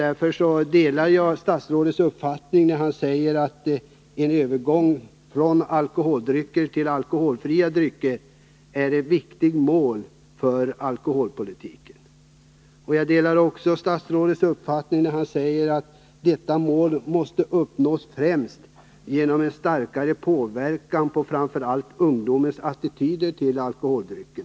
Därför delar jag statsrådets uppfattning när han säger: ”En övergång från alkoholdrycker till alkoholfria drycker är ett viktigt mål för alkoholpolitiken.” Jag delar också statsrådets uppfattning att ”detta mål måste uppnås främst genom en starkare påverkan på framför allt ungdomens attityd till alkoholdrycker”.